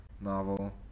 novel